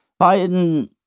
Biden